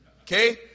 Okay